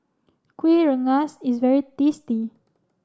Kueh Rengas is very tasty